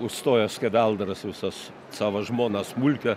užstojo skeveldras visas savo žmoną smulkią